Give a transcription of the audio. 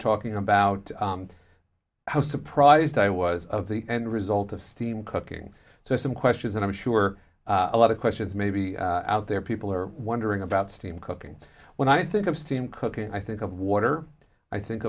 talking about how surprised i was of the end result of steam cooking so some questions and i'm sure a lot of questions may be out there people are wondering about steam cooking when i think of steam cooking i think of water i think